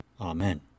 Amen